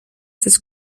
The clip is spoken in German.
des